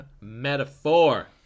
Metaphor